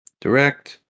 direct